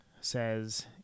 says